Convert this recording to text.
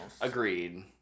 Agreed